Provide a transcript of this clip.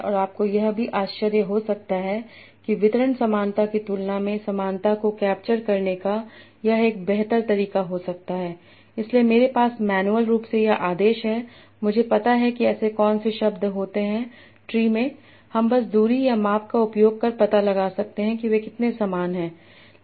और आपको यह भी आश्चर्य हो सकता है कि वितरण समानता की तुलना में समानता को कैप्चर करने का यह एक बेहतर तरीका हो सकता है क्योंकि मेरे पास मैन्युअल रूप से यह आदेश हैं मुझे पता है कि ऐसे कौन से शब्द होते हैं ट्री में हम बस दूरी या माप का उपयोग कर पता लगा सकते हैं कि वो समान कैसे हैं